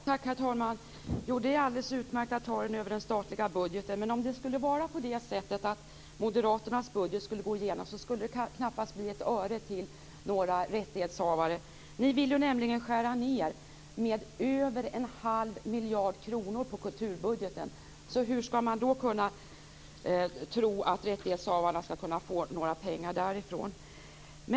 Herr talman! Jo, det är alldeles utmärkt att ta det över den statliga budgeten. Men om det skulle vara så att Moderaternas budget gick igenom så skulle det knappast bli ett öre till några rättighetshavare. Ni vill ju nämligen skära ned med över en halv miljard kronor på kulturbudgeten. Hur skall man då kunna tro att rättighetshavarna kan få några pengar därifrån?